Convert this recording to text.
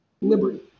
liberty